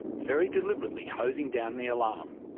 very deliberately hosing down the alarm.